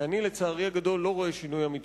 כי אני, לצערי הגדול, לא רואה שינוי אמיתי